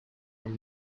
were